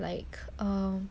like um